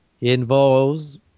involves